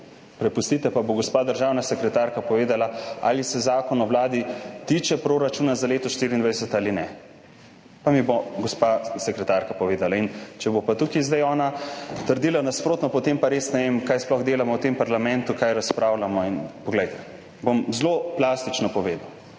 prepustite pa bo gospa državna sekretarka povedala, ali se zakon o Vladi tiče proračuna za leto 2024 ali ne. Pa mi bo gospa sekretarka povedala. Če bo tukaj zdaj ona trdila nasprotno, potem pa res ne vem, kaj sploh delamo v tem parlamentu, o čem razpravljamo. Poglejte, bom zelo plastično povedal.